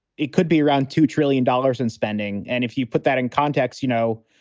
it could be around two trillion dollars in spending. and if you put that in context, you know,